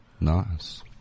Nice